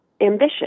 ambition